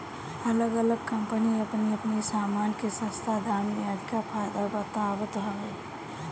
अलग अलग कम्पनी अपनी अपनी सामान के सस्ता दाम में अधिका फायदा बतावत हवे